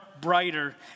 brighter